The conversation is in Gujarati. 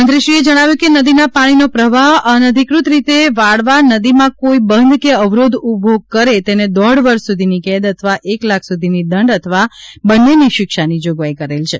મંત્રીશ્રીએ જણાવ્યું કે નદીના પાણીનો પ્રવાહ અનધિકૃત રીતે વાળવા નદીમાં કોઈ બંધ કે અવરોધ ઉભો કરે તેને દોઢ વર્ષ સુધીની કેદ અથવા એક લાખ સુધીની દંડ અથવા બંનેની શિક્ષાની જોગવાઈ કરેલ છે